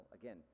again